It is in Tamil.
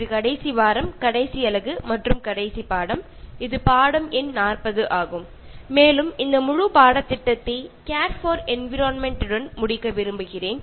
இது கடைசி வாரம் கடைசி அலகு மற்றும் கடைசி பாடம் இது பாடம் எண் 40 ஆகும் மேலும் இந்த முழு பாடத்திட்டத்தை கேர் பார் என்விரோன்மெண்ட் உடன் முடிக்க விரும்புகிறேன்